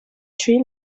tree